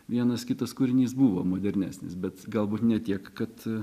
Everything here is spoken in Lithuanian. vienas kitas kūrinys buvo modernesnis bet galbūt ne tiek kad